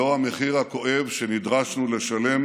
זה המחיר הכואב שנדרשנו לשלם